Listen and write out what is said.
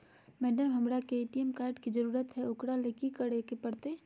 Madam, हमरा के ATM card के जरूरत है ऊकरा ले की की करे परते?